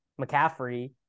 McCaffrey